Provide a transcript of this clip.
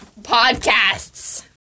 podcasts